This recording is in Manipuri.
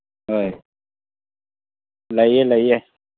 ꯍꯣꯏ ꯂꯩꯌꯦ ꯂꯩꯌꯦ